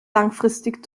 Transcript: langfristig